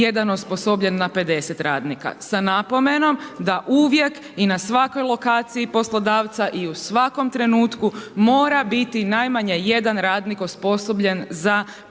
jedan osposobljen na 50 radnika, sa napomenom da uvijek i na svakoj lokaciji poslodavca i u svakom trenutku mora biti najmanje jedan radnik osposobljen za pružanje